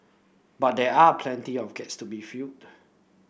but there are plenty of gas to be fill